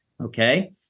Okay